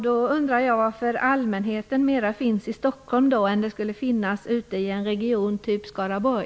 Jag undrar varför allmänheten mera skall anses finnas i Stockholm än ute i en region av typen Skaraborg.